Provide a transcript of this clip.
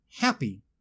happy